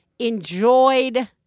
enjoyed